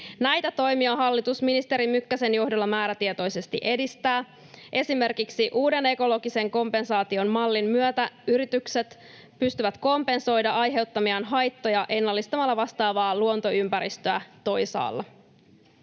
Näitä toimia hallitus ministeri Mykkäsen johdolla määrätietoisesti edistää. Esimerkiksi uuden ekologisen kompensaation mallin myötä yritykset pystyvät kompensoimaan aiheuttamiaan haittoja ennallistamalla vastaavaa luontoympäristöä toisaalla.